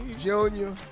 Junior